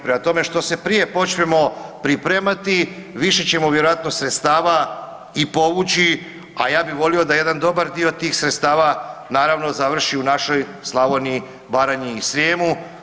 Prema tome, što se prije počnemo pripremati više ćemo vjerojatno sredstava i povući, a ja bi volio da jedan dobar dio tih sredstava naravno završi u našoj Slavoniji, Baranji i Srijemu.